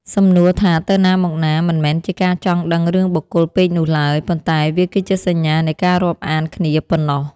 សំណួរថាទៅណាមកណា មិនមែនជាការចង់ដឹងរឿងបុគ្គលពេកនោះឡើយ ប៉ុន្តែវាគឺជាសញ្ញានៃការរាប់អានគ្នាប៉ុណ្ណោះ។